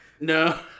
No